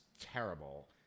terrible